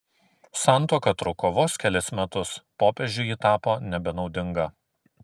santuoka truko vos kelis metus popiežiui ji tapo nebenaudinga